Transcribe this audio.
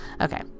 Okay